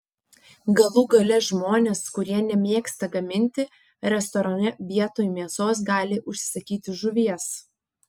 galų gale žmonės kurie nemėgsta gaminti restorane vietoj mėsos gali užsisakyti žuvies